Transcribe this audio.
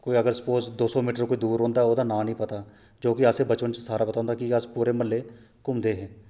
कोई अगर स्पोज दो सौ मीटर दूर रौंह्दा होग ओह्दा नांऽ नेईं पता जो कि बचपन च असें ई सारा पता होंदा हा कि अस पूरे महल्लै घुमदे हे